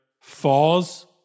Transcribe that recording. falls